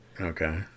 okay